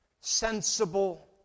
sensible